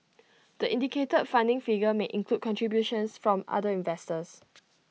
the indicated funding figure may include contributions from other investors